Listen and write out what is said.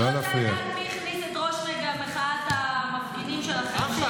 אני רוצה לדעת מי הכניס את ראש מחאת המפגינים שלכם אחלה,